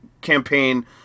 campaign